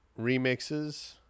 remixes